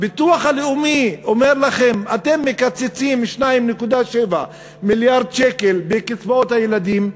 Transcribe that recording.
הביטוח הלאומי אומר לכם: אתם מקצצים 2.7 מיליארד שקל בקצבאות הילדים.